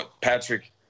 Patrick